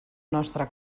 nostre